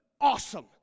awesome